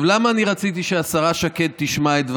למה רציתי שהשרה שקד תשמע את דבריי?